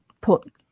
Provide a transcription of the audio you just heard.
put